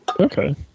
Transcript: Okay